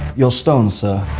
your stone, sir!